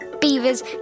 beavers